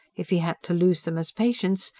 if he had to lose them as patients,